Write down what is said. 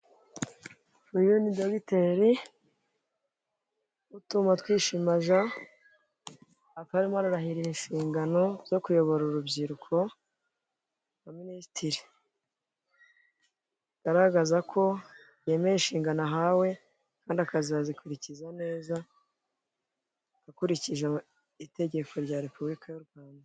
Uyu ni Dr. Utumatwishima Jean akaba arimo ararahirira inshingano zo kuyobora urubyiruko nka minisitiri, bigaragaza ko yemeye inshingano ahawe kandi akazazikurikiza neza akurikije itegeko rya Repubulika y'u Rwanda.